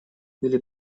или